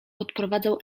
odprowadzał